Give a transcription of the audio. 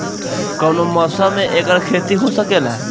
कवनो मौसम में एकर खेती हो सकेला